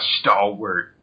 stalwart